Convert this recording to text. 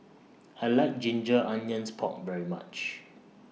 I like Ginger Onions Pork very much